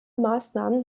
maßnahmen